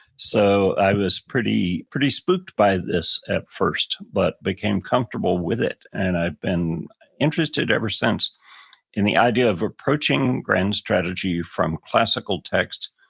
so i was pretty pretty spooked by this at first, but became comfortable with it and i've been interested ever since in the idea of approaching grand strategy from classical text.